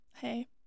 Hey